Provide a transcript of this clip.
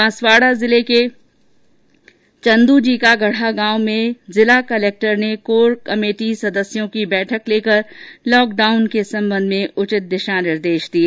बांसवाड़ा जिले के चंदू जी का गढ़ा गांव में जिला कलेक्टर अंकित कुमार सिंह ने कोर कमेटी सदस्यों की बैठक लेकर लॉकडाउन के संबंध में उचित दिशा निर्देश दिए